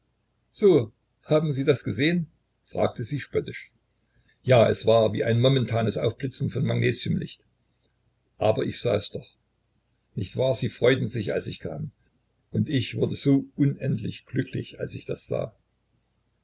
so haben sie das gesehen fragte sie spöttisch ja es war wie ein momentanes aufblitzen von magnesiumlicht aber ich sah es doch nicht wahr sie freuten sich als ich kam und ich wurde so unendlich glücklich als ich das sah